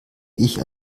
ich